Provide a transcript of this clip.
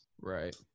Right